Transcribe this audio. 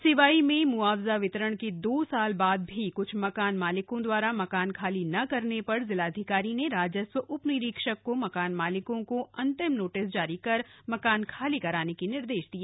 सिवाई में मूआवजा वितरण के दो साल बाद भी क्छ मकान मालिकों द्वारा मकान खाली न करने पर जिलाधिकारी ने राजस्व उप निरीक्षक को मकान मालिकों को अंतिम नोटिस जारी कर मकान खाली कराने के निर्देश दिए